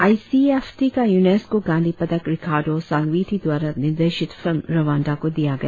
आई C F T का UNESCO Gandhi पदक Ricardo Salvetti द्वारा निर्देशित फिल्म रवांडा को दिया गया